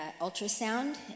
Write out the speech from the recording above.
ultrasound